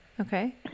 Okay